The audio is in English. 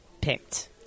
picked